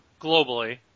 globally